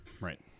Right